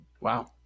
Wow